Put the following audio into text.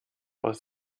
aus